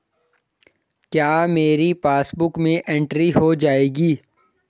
क्या मेरी पासबुक में एंट्री हो जाएगी?